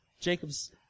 Jacob's